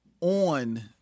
on